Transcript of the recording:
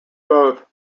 both